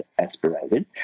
aspirated